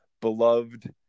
beloved